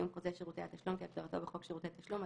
התכנית הכלכלית לשנים 2009 ו-2010)